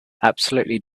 absolutely